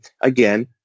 again